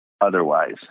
otherwise